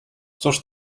cóż